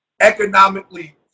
economically